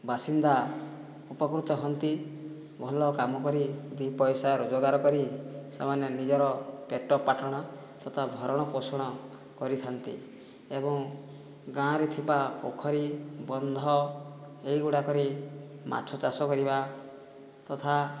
ବାସିନ୍ଦା ଉପକୃତ ହୁଅନ୍ତି ଭଲ କାମକରି ଦୁଇ ପଇସା ରୋଜଗାର କରି ସେମାନେ ନିଜର ପେଟପାଟଣା ତଥା ଭରଣପୋଷଣ କରିଥାନ୍ତି ଏବଂ ଗାଁରେ ଥିବା ପୋଖରୀ ବନ୍ଧ ଏହିଗୁଡ଼ିକରେ ମାଛ ଚାଷ କରିବା ତଥା